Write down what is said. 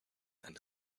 and